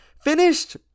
Finished